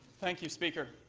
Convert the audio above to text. thank you, speaker.